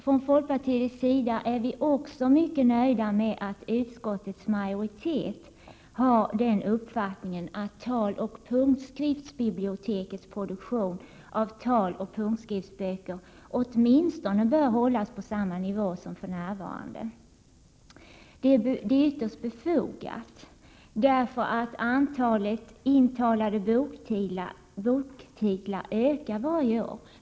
Vi i folkpartiet är också mycket nöjda med att utskottets majoritet har uppfattningen att Taloch punktskriftsbibliotekets produktion av taloch punktskriftsböcker åtminstone bör hållas på samma nivå som för närvarande. Det är ytterst befogat, eftersom antalet intalade boktitlar ökar varje år.